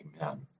Amen